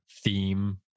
theme